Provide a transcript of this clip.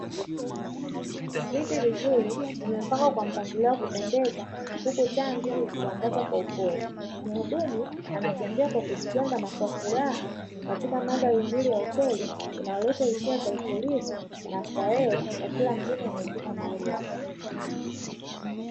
Viti vizuri vimepangwa kwa mpangilio wa kupendeza huku taa nzuri zikiangaza, muhudumu anatembea kwa kujigamba na kwa furaha katika mandhari nzuri ya hoteli inayoleta utulivu na starehe kwa kila mteja anaefika mahali hapo.